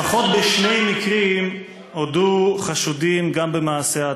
לפחות בשני מקרים הודו חשודים גם במעשה ההצתה.